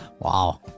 Wow